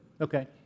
Okay